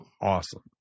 awesome